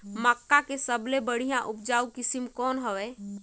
मक्का के सबले बढ़िया उपजाऊ किसम कौन हवय?